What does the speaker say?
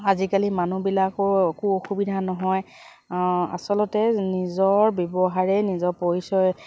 আজিকালি মানুহবিলাকৰ একো অসুবিধা নহয় আচলতে নিজৰ ব্যৱহাৰে নিজৰ পৰিচয়